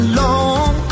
long